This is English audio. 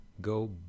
go